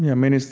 yeah mean it's